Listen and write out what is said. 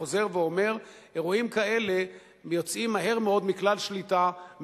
חוזר ואומר: אירועים כאלה יוצאים מהר מאוד מכלל שליטה,